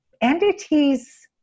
entities